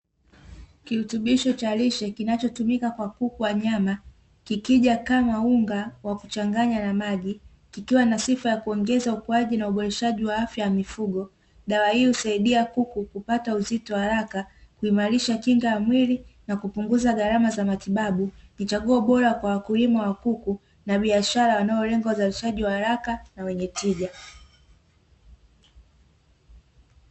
Kirutubisho cha lishe kinachotumika kwa kuku wa nyama, kikija kama unga wa kuchanganya na maji, kikiwa na sifa ya kuongeza ukuaji na uboreshaji wa afya ya mifugo; dawa hiyo husaidia kuku kupata uzito haraka, kuimarisha kinga ya mwili na kupunguza gharama za matibabu, ni chaguo bora kwa wakulima wa kuku na biashara inayolenga uzalishaji wa haraka na wenye tija.